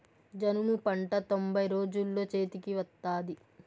జనుము పంట తొంభై రోజుల్లో చేతికి వత్తాది